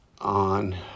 on